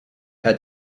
had